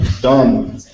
Done